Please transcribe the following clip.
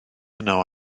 yno